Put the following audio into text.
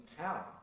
power